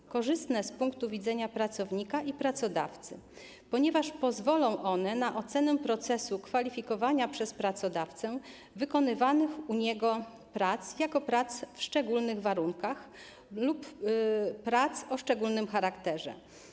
To korzystne z punktu widzenia pracownika i pracodawcy, ponieważ pozwolą one na ocenę procesu kwalifikowania przez pracodawcę wykonywanych u niego prac jako prac w szczególnych warunkach lub prac o szczególnym charakterze.